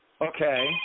okay